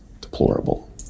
deplorable